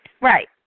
Right